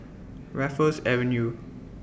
Raffles Avenue